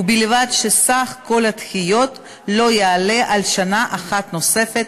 ובלבד שסך כל הדחיות לא יעלה על שנה אחת נוספת